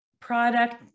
product